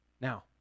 Now